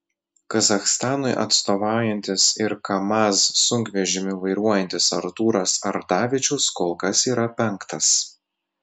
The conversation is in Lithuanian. kazachstanui atstovaujantis ir kamaz sunkvežimį vairuojantis artūras ardavičius kol kas yra penktas